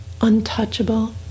untouchable